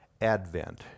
Advent